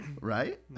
Right